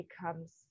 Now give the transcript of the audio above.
becomes